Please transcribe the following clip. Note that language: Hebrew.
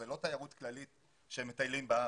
זאת לא תיירות כללית שמטיילת בארץ.